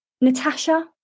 Natasha